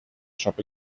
shop